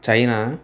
China